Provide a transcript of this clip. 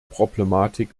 problematik